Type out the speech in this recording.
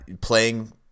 playing